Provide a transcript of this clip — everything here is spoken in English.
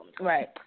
Right